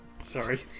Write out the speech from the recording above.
Sorry